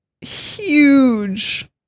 huge